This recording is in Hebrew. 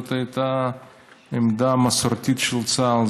זאת הייתה עמדה מסורתית של צה"ל,